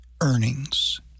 earnings